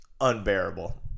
unbearable